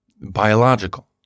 Biological